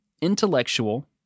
intellectual